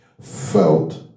felt